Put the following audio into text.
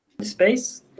space